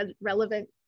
relevant